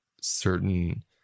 certain